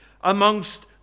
amongst